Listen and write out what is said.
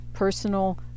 personal